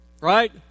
Right